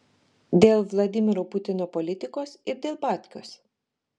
dėl vladimiro putino politikos ir dėl batkos